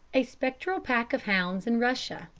a spectral pack of hounds in russia